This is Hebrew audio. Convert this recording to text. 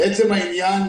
לעצם העניין,